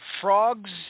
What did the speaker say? frogs